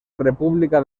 república